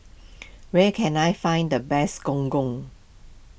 where can I find the best Gong Gong